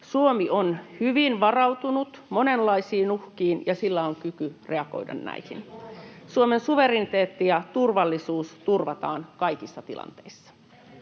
Suomi on hyvin varautunut monenlaisiin uhkiin, ja sillä on kyky reagoida näihin. Suomen suvereniteetti ja turvallisuus turvataan kaikissa tilanteissa.